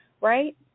Right